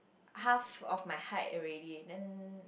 half of my height already then